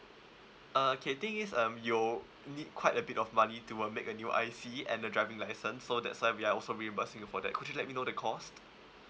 uh K the thing is um you need quite a bit of money to uh make a new I_C and the driving license so that's why we are also reimbursing you for that could you let me know the cost